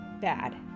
bad